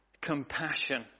compassion